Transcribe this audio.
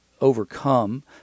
overcome